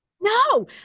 No